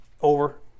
Over